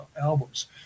albums